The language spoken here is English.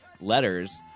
letters